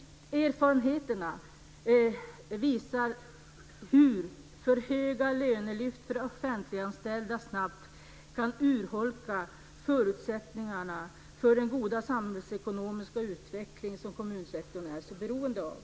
Erfarenheterna visar hur för höga lönelyft för offentliganställda snabbt kan urholka förutsättningarna för den goda samhällsekonomiska utveckling som kommunsektorn är så beroende av."